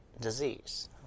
disease